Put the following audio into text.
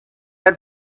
her